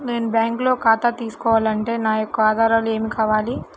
నేను బ్యాంకులో ఖాతా తీసుకోవాలి అంటే నా యొక్క ఆధారాలు ఏమి కావాలి?